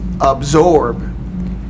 absorb